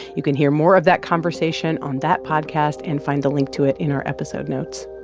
you can hear more of that conversation on that podcast and find a link to it in our episode notes